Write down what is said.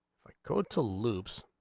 go to loops